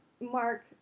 mark